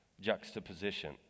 juxtaposition